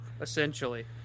essentially